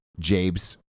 Jabes